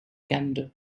canada